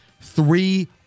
three